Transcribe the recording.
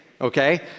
okay